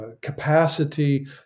capacity